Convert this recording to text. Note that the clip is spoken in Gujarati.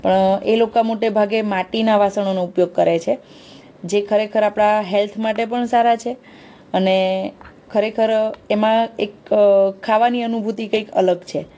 પણ એ લોકો મોટે ભાગે માટીનાં વાસણોનો ઉપયોગ કરે છે જે ખરેખર આપણાં હેલ્થ માટે પણ સારાં છે અને ખરેખર એમાં એક ખાવાની અનુભૂતિ કંઇક અલગ છે